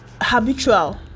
habitual